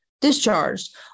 Discharged